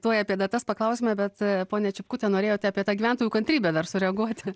tuoj apie datas paklausime bet ponia čipkute norėjote apie tą gyventojų kantrybę dar sureaguoti